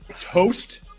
Toast